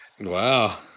Wow